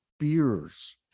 Beers